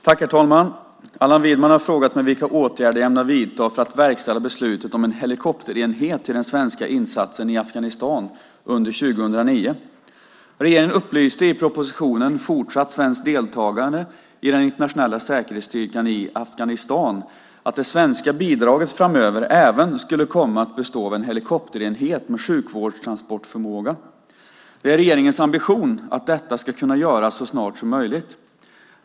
Herr talman! Allan Widman har frågat mig vilka åtgärder jag ämnar vidta för att verkställa beslutet om en helikopterenhet till den svenska insatsen i Afghanistan under 2009. Regeringen upplyste i propositionen Fortsatt svenskt deltagande i den internationella säkerhetsstyrkan i Afghanistan om att det svenska bidraget framöver även skulle komma att bestå av en helikopterenhet med sjukvårdstransportförmåga. Det är regeringens ambition att detta ska kunna göras så snart som möjligt.